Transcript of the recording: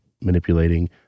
manipulating